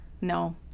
No